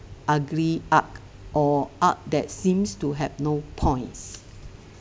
ugly art or art that seems to have no points